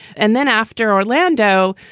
and then after orlando,